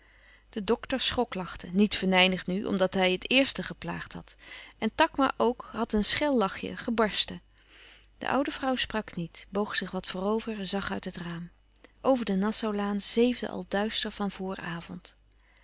de dokter schoklachte niet venijnig nu omdat hij het eerste geplaagd had en takma ook had een schel lachje gebarsten de oude vrouw sprak niet boog zich wat voorover zag uit het raam over de nassau laan zeefde al duister van vooravond